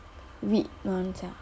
read [one] sia